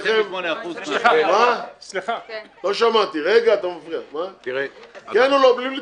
סך הכול 28%. כן או לא, בלי תוספות.